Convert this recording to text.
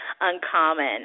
uncommon